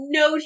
no